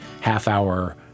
half-hour